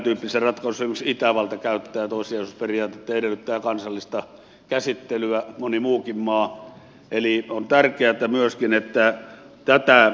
tämäntyyppisissä ratkaisuissa esimerkiksi itävalta käyttää toissijaisuusperiaatetta ja edellyttää kansallista käsittelyä moni muukin maa eli on tärkeätä myös menettää pöytää